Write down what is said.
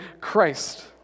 Christ